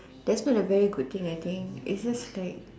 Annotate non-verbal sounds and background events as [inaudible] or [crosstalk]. that's not a very good thing I think is just [noise] like